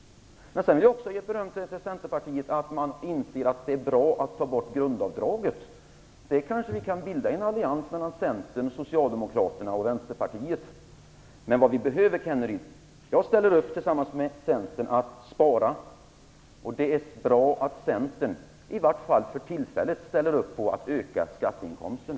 Jag vill också berömma Centerpartiet för att det inser att det är bra att ta bort grundavdraget. Vi kanske kan bilda en allians mellan Centern, Socialdemokraterna och Vänsterpartiet om detta. Men vad vi behöver, Rolf Kenneryd, är besparingar, och jag ställer upp tillsammans med Centern bakom sådana, och det är bra att Centern i varje fall för tillfället ställer upp för att öka skatteinkomsterna.